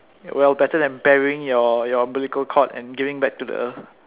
well better than burying your your umbilical cord and giving back to the earth